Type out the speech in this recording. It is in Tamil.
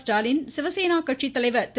ஸ்டாலின் சிவசேனா கட்சி தலைவர் திரு